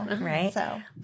Right